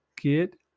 Get